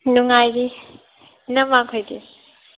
ꯅꯨꯡꯉꯥꯏꯔꯤ ꯏꯅꯝꯃ ꯈꯣꯏꯗꯤ